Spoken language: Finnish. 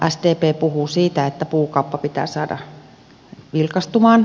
sdp puhuu siitä että puukauppa pitää saada vilkastumaan